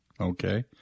Okay